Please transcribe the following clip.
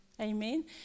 Amen